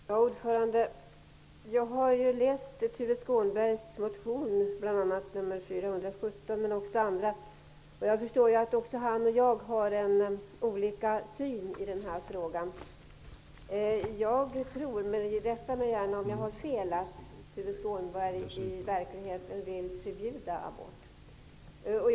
Herr talman! Jag har läst motioner av Tuve Skånberg, bl.a. nr 417, och jag förstår att också han och jag har olika syn i den här frågan. Jag tror -- rätta mig gärna om jag har fel -- att Tuve Skånberg i verkligheten vill förbjuda abort.